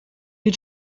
you